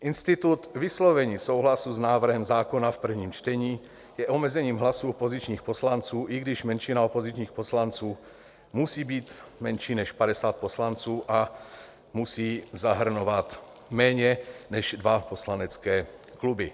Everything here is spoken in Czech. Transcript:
Institut vyslovení souhlasu s návrhem zákona v prvním čtení je omezením hlasu opozičních poslanců, i když menšina opozičních poslanců musí být menší než 50 poslanců a musí zahrnovat méně než dva poslanecké kluby.